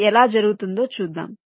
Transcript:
అది ఎలా జరిగిందో చూద్దాం